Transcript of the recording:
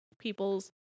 peoples